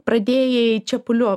pradėjai čepulio